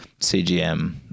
CGM